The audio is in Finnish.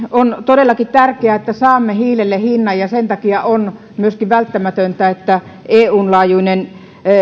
on todellakin tärkeää että saamme hiilelle hinnan ja sen takia on myöskin välttämätöntä että eun laajuinen